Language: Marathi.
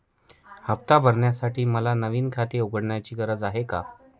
हफ्ता भरण्यासाठी मला नवीन खाते उघडण्याची गरज आहे का?